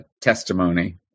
testimony